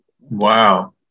Wow